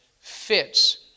fits